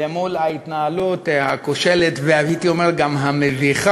למול ההתנהלות הכושלת, והייתי אומר גם המביכה